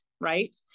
Right